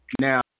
Now